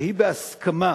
שהיא בהסכמה